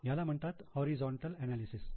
ह्याला म्हणतात horizontal analyses